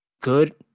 good